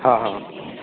ହଁ ହଁ